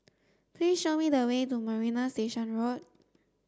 please show me the way to Marina Station Road